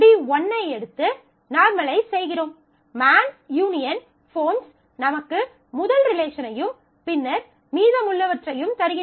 FD1 ஐ எடுத்து normalize செய்கிறோம் மேன் U ஃபோன்ஸ் நமக்கு முதல் ரிலேஷனையும் பின்னர் மீதமுள்ளவற்றையும் தருகின்றன